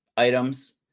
items